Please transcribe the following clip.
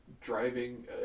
driving